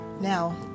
now